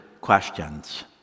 questions